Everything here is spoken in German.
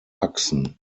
achsen